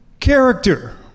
Character